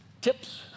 tips